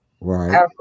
Right